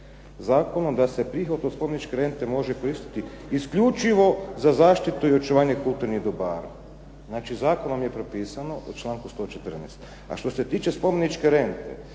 zakonom da se prihod od spomeničke rente može koristiti isključivo za zaštitu i očuvanje kulturnih dobara. Znači zakonom je propisano u članku 114. A što se tiče spomeničke rente,